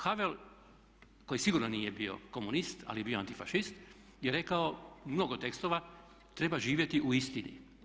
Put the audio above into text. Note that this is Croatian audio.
Havel koji sigurno nije bio komunist ali je bio antifašist je rekao mnogo tekstova treba živjeti u istini.